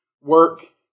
work